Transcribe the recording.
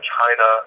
China